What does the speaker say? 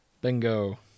Bingo